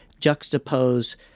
juxtapose